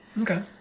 Okay